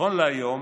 נכון להיום